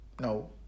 no